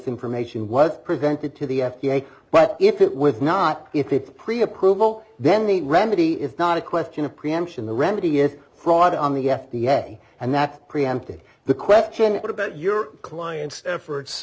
information was presented to the f d a but if it with not if it pre approval then the remedy is not a question of preemption the remedy is fraud on the f d a and that's preempted the question what about your clients efforts